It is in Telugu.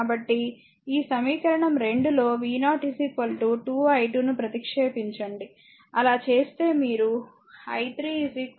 కాబట్టి ఈ సమీకరణం 2 లో v0 2 i2 ను ప్రతిక్షేపించండి అలా చేస్తే మీరు i3 i1 0